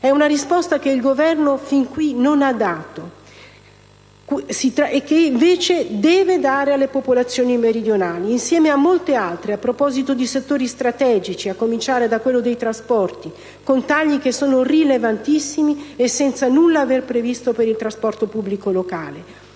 È una risposta che il Governo fin qui non ha dato e che invece deve dare alle popolazioni meridionali, insieme a molte altre a proposito di settori strategici (a cominciare da quello dei trasporti, dove ha operato con tagli che sono rilevantissimi e senza nulla aver previsto per il trasporto pubblico locale)